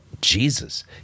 Jesus